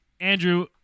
Andrew